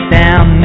down